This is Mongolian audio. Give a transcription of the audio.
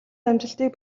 амжилтыг